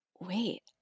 wait